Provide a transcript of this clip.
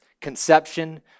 conception